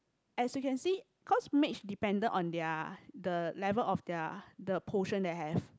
as you can see cause mage dependent on their the level of their the potion they have